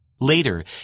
Later